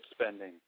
spending